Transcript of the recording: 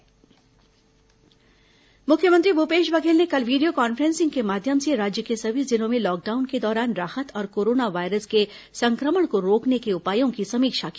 corona मुख्यमंत्री video conferencing मुख्यमंत्री भूपेश बधेल ने कल वीडियो कॉन्फ्रेंसिंग के माध्यम से राज्य के सभी जिलों में लॉकडाउन के दौरान राहत और कोरोना वायरस के संक्रमण को रोकने के उपायों की समीक्षा की